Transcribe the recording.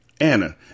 Anna